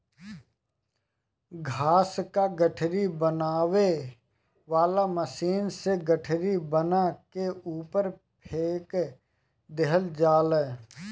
घास क गठरी बनावे वाला मशीन से गठरी बना के ऊपर फेंक देहल जाला